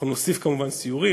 אנחנו נוסיף כמובן סיורים,